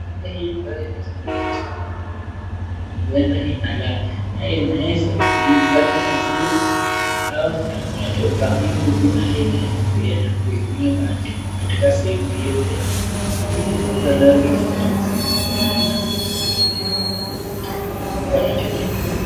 Ng'ombe hii imeweza kuwekezwa hapa ni pahali pa huenda unalala, naye inaeza kuipata maziwa au inapokamiwa naye huku inaenda kuikunywa maji, katika sehemu hio tena, hili ni ng'ombe ambalo liko katika sehemu ambalo linafaa, na huenda linakamwa katika nyumba hicho tena.